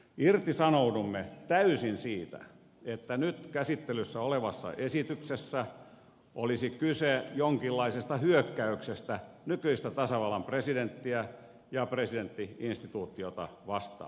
irtisanoudumme täysin siitä että nyt käsittelyssä olevassa esityksessä olisi kyse jonkinlaisesta hyökkäyksestä nykyistä tasavallan presidenttiä ja presidentti instituutiota vastaan